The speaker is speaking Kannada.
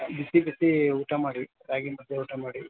ಬಿಸಿ ಬಿಸಿ ಊಟ ಮಾಡಿ ರಾಗಿ ಮುದ್ದೆ ಊಟ ಮಾಡಿ